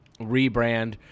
rebrand